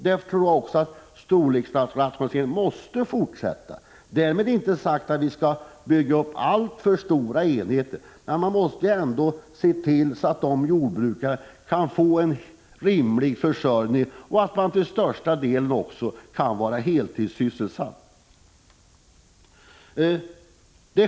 Därför tror jag att storleksrationaliseringarna måste fortsätta. Därmed inte sagt att vi skall bygga upp alltför stora enheter, men man måste ändå se till att jordbrukarna kan få en rimlig försörjning och att de till största delen kan vara heltidssysselsatta.